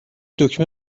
دکمه